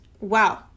wow